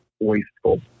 wasteful